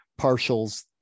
partials